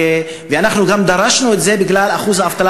ואנחנו גם דרשנו את זה בגלל אחוז האבטלה